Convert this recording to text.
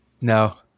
No